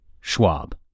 Schwab